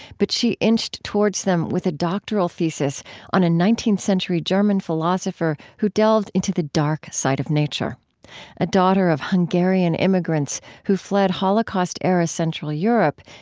but she inched towards them with a doctoral thesis on a nineteenth century german philosopher who delved into the dark side of nature a daughter of hungarian immigrants who fled holocaust-era central europe,